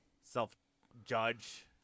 self-judge